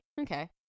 Okay